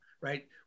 right